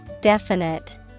Definite